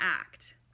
act